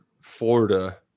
florida